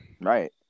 right